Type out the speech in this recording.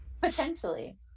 potentially